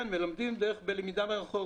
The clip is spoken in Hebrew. כן, מלמדים בלמידה מרחוק.